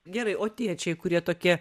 gerai o tėčiai kurie tokie